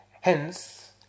Hence